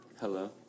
Hello